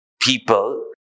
people